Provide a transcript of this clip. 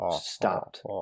stopped